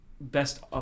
best